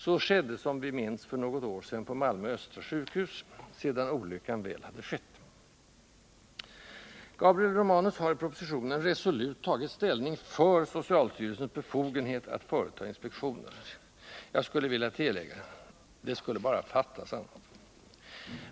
Så skedde som vi minns för något år sedan på Malmö östra sjukhus — sedan olyckan väl hade skett. Gabriel Romanus har i propositionen resolut tagit ställning för socialstyrelsens befogenhet att företa inspektioner. Jag skulle vilja tillägga: Det skulle bara fattas annat!